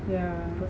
yeah